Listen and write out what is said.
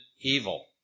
evil